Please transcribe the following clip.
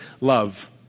Love